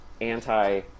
anti